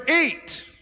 eight